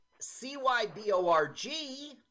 C-Y-B-O-R-G